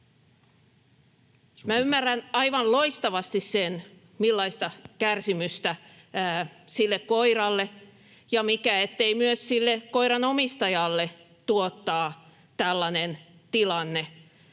ymmärrän aivan loistavasti sen, millaista kärsimystä sille koiralle ja mikä ettei myös sille koiran omistajalle tuottaa tällainen tilanne.